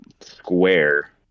square